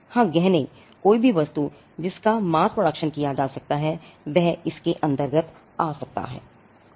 हां गहने कोई भी वस्तु जिसका मास प्रोडक्शन किया जा सकता है वह इसके अंतर्गत आ सकती है